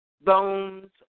bones